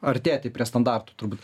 artėti prie standartų turbūt